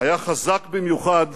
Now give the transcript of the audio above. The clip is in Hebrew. היה חזק במיוחד